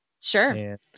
Sure